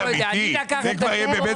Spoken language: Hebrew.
זה כבר יהיה באמת בזבוז זמן.